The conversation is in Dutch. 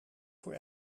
voor